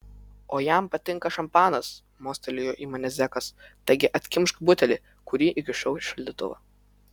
o jam patinka šampanas mostelėjo į mane zekas taigi atkimšk butelį kurį įkišau į šaldytuvą